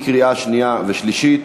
קריאה שנייה ושלישית.